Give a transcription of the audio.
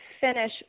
finish